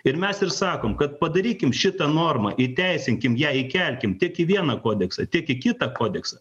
ir mes ir sakom kad padarykim šitą normą įteisinkim ją įkelkim tiek į vieną kodeksą tiek į kitą kodeksą